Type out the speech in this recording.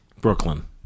Brooklyn